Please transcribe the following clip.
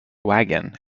wagon